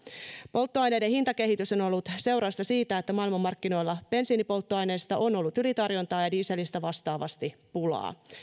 polttoaineiden hintakehitys on ollut seurausta siitä että maailmanmarkkinoilla bensiinipolttoaineesta on ollut ylitarjontaa ja dieselistä vastaavasti pulaa